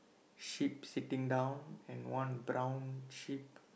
sheep sitting down and one brown sheep